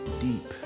deep